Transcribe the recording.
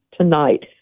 tonight